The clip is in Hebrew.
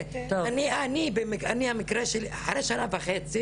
אחרי שנה וחצי